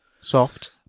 soft